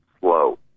slow